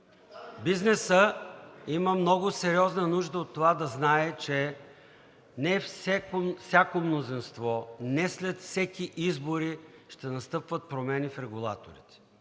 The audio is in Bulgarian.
Бизнесът има много сериозна нужда от това да знае, че не всяко мнозинство, не след всеки избор ще настъпват промени в регулаторите